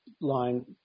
line